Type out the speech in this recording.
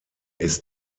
ist